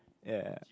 ya